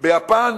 ביפן